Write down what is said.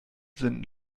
sind